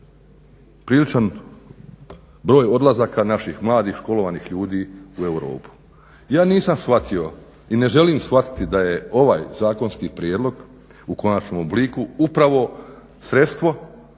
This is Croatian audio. priličan broj odlazaka naših mladih školovanih ljudi u Europu. Ja nisam shvatio i ne želim shvatiti da je ovaj zakonski prijedlog u konačnom obliku upravo sredstvo,